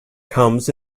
comes